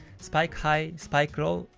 spike high, spike low,